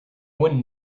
one